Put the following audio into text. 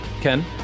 Ken